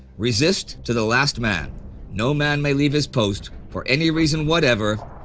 resist to the last man no man may leave his post for any reason whatever,